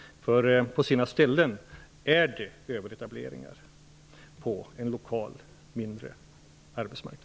På sina ställen förekommer det överetableringar på en lokal mindre arbetsmarknad.